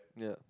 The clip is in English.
yeah